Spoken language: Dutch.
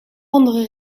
andere